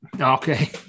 Okay